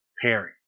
Perry